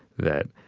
that